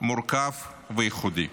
מורכב וייחודי.